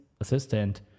assistant